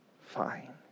fine